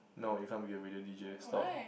no you can't be a radio d_j stop